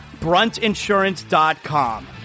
Bruntinsurance.com